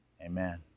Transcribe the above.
amen